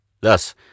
Thus